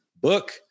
book